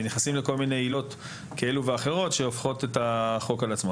ונכנסים לכל מיני עילות כאלו ואחרות שהופכות את החוק על עצמו,